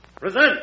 Present